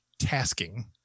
Tasking